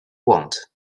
want